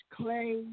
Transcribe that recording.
clay